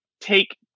take